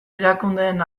erakundeen